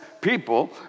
people